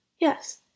Yes